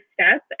step